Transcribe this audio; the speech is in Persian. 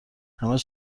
همش